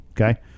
okay